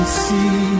see